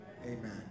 Amen